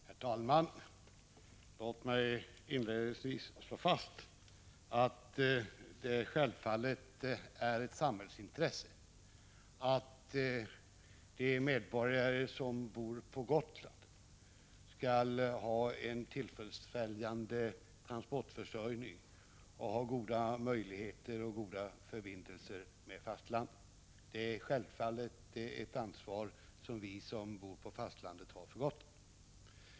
Herr talman! Låt mig inledningsvis slå fast att det självfallet är ett samhällsintresse att de medborgare som bor på Gotland skall ha en tillfredsställande transportförsörjning och goda förbindelser med fastlandet. Det är ett ansvar som vi som bor på fastlandet självfallet skall ta.